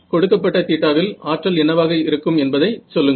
கொடுக்கப்பட்ட θ வில் ஆற்றல் என்னவாக இருக்கும் என்பதைச் சொல்லுங்கள்